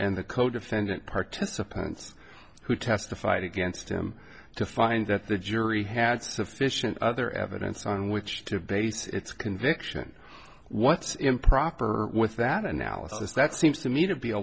and the co defendant participants who testified against him to find that the jury had sufficient other evidence on which to base its conviction what's improper with that analysis that seems to me to be a